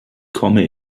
komme